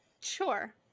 sure